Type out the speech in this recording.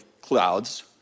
clouds